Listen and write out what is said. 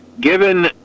Given